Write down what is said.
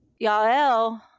Yael